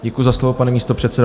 Děkuji za slovo, pane místopředsedo.